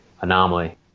anomaly